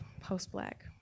post-black